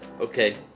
okay